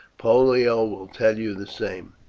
pollio will tell you the same.